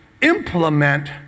implement